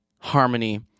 harmony